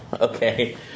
Okay